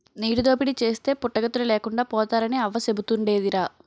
నీటి దోపిడీ చేస్తే పుట్టగతులు లేకుండా పోతారని అవ్వ సెబుతుండేదిరా